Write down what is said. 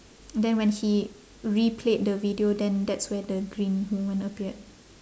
then when he replayed the video then that's where the dream woman appeared